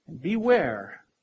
Beware